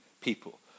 people